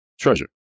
treasure